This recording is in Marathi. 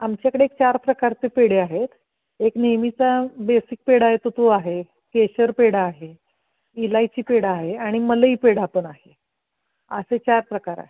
आमच्याकडे एक चार प्रकारचे पेढे आहेत एक नेहमीचा बेसिक पेढा येतो तो आहे केशर पेढा आहे इलायची पेढा आहे आणि मलई पेढा पण आहे असे चार प्रकार आहे